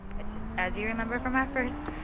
which, as you remember from our first